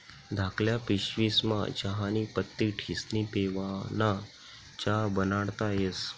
धाकल्ल्या पिशवीस्मा चहानी पत्ती ठिस्नी पेवाना च्या बनाडता येस